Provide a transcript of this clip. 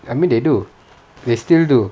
I mean they do they still do